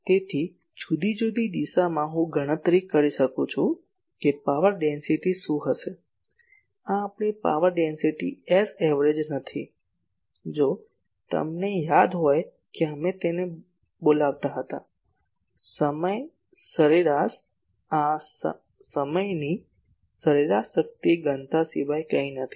તેથી જુદી જુદી દિશામાં હું ગણતરી કરી શકું છું કે પાવર ડેન્સિટી શું છે આ આપણી પાવર ડેન્સિટી S એવરેજ નથી જો તમને યાદ હોય કે અમે તેને બોલાવતો હતો સમય સરેરાશ આ સમયની સરેરાશ શક્તિ ઘનતા સિવાય કંઈ નથી